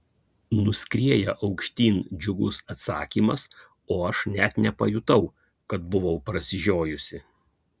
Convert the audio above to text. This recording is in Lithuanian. nuskrieja aukštyn džiugus atsakymas o aš net nepajutau kad buvau prasižiojusi